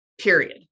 period